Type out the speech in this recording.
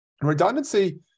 Redundancy